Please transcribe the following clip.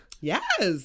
Yes